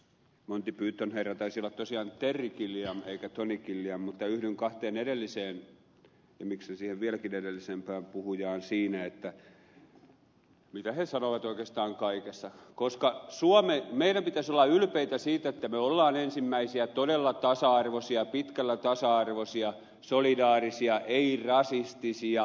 monty python herra taisi olla tosiaan terry gilliam eikä tony gilliam mutta yhdyn kahteen edelliseen ja miksei vielä heitäkin edelliseen puhujaan siinä mitä he sanoivat oikeastaan kaikessa koska meidän pitäisi olla ylpeitä siitä että me olemme ensimmäisiä todella tasa arvoisia pitkälle tasa arvoisia solidaarisia ei rasistisia